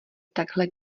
takhle